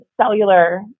cellular